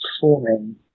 forming